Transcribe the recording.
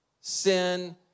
sin